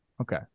Okay